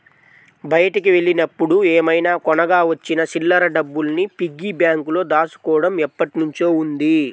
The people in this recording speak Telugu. బయటికి వెళ్ళినప్పుడు ఏమైనా కొనగా వచ్చిన చిల్లర డబ్బుల్ని పిగ్గీ బ్యాంకులో దాచుకోడం ఎప్పట్నుంచో ఉంది